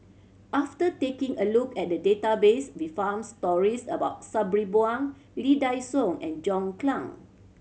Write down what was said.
after taking a look at the database we found stories about Sabri Buang Lee Dai Soh and John Clang